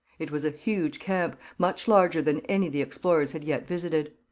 it was a huge camp, much larger than any the explorers had yet visited.